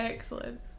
Excellent